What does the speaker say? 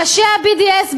ראשי ה-BDS,